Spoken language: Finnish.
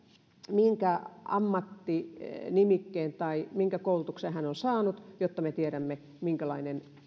minkä ammattinimikkeen tai minkä koulutuksen hän on saanut jotta me tiedämme minkälainen